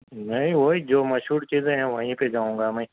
نہیں وہی جو مشہور چیزیں ہیں وہیں پہ جاؤں گا میں